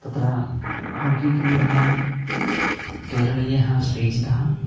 तत्र हाकिक्रीडायां केरळीयः श्रीजितः